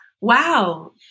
Wow